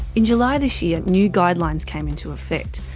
in july this year, new guidelines came into effect.